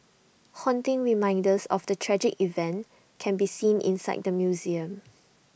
haunting reminders of the tragic event can be seen inside the museum